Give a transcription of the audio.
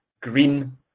green